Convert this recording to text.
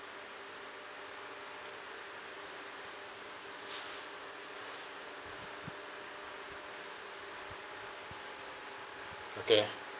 okay